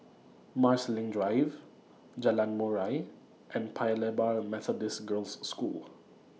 Marsiling Drive Jalan Murai and Paya Lebar Methodist Girls' School